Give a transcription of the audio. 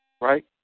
Right